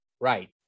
Right